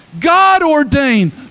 God-ordained